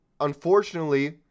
Unfortunately